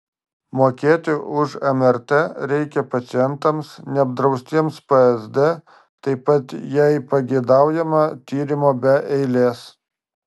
mokėti už mrt reikia pacientams neapdraustiems psd taip pat jei pageidaujama tyrimo be eilės